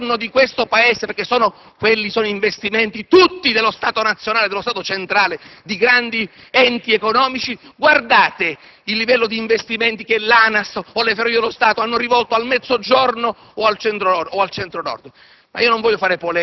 un sistema di Governo di questo Paese, trattandosi di investimenti dello Stato nazionale, dello Stato centrale, di grandi enti economici? Guardate il livello di investimenti che l'ANAS o Ferrovie dello Stato Spa hanno destinato al Mezzogiorno o al Centro-Nord;